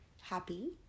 happy